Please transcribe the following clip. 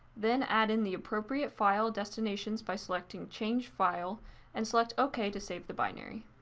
then add in the appropriate file destinations by selecting change file and select ok to save the binary.